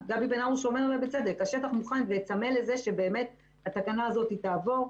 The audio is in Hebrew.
גבי בן הרוש אומר ובצדק: השטח מוכן וצמא לזה שבאמת התקנה הזאת תעבור.